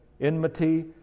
enmity